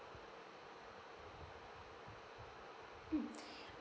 mm